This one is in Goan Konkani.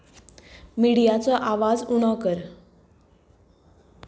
मिडियाचो आवाज उणो कर